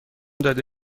داده